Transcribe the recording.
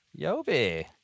Yobi